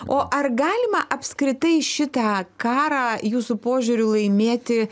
o ar galima apskritai šitą karą jūsų požiūriu laimėti